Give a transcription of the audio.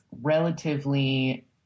relatively